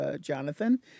Jonathan